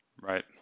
Right